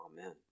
Amen